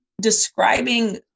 describing